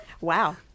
Wow